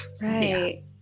Right